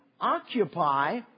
Occupy